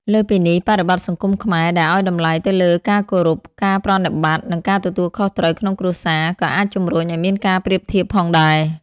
លើសពីនេះ បរិបទសង្គមខ្មែរដែលឲ្យតម្លៃទៅលើការគោរព ការប្រណិប័តន៍ និងការទទួលខុសត្រូវក្នុងគ្រួសារ ក៏អាចជំរុញឲ្យមានការប្រៀបធៀបផងដែរ។